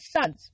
sons